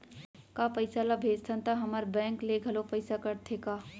का पइसा ला भेजथन त हमर बैंक ले घलो पइसा कटथे का?